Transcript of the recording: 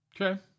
Okay